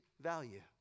value